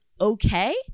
okay